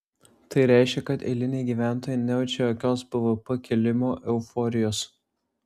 tai reiškia kad eiliniai gyventojai nejaučia jokios bvp kilimo euforijos